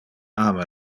ama